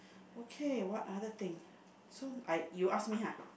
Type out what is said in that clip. okay what other thing so I you ask me ha